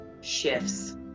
shifts